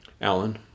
Alan